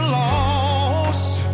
lost